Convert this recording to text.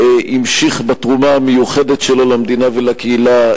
המשיך בתרומה המיוחדת שלו למדינה ולקהילה,